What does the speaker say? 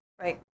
Right